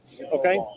Okay